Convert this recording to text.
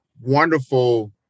wonderful